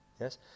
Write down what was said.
Yes